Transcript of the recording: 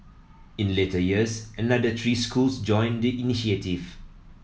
in later years another three schools joined the initiative